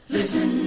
Listen